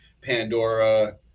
Pandora